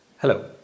Hello